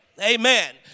Amen